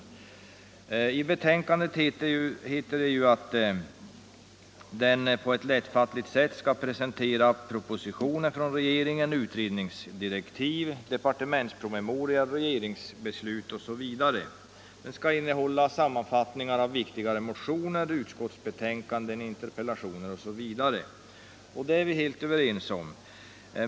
I informationsutredningens delbetänkande heter det ju att tidningen på ett lättfattligt sätt skall presentera propositioner från regeringen, utredningsdirektiv, departementspromemorior, regeringsbeslut osv. Den skall innehålla sammanfattningar av viktigare motioner, utskottsbetänkanden, interpellationer m.m. Det är vi helt överens om.